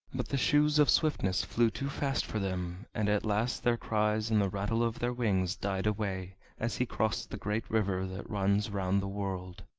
but the shoes of swiftness flew too fast for them, and at last their cries and the rattle of their wings died away as he crossed the great river that runs round the world.